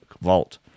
vault